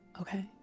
Okay